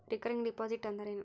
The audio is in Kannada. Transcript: ರಿಕರಿಂಗ್ ಡಿಪಾಸಿಟ್ ಅಂದರೇನು?